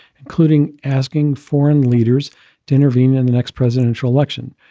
including asking foreign leaders to intervene in the next presidential election.